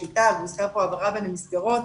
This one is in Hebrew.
הוזכר פה 'שיטה' והעברה בין המסגרות,